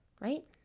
right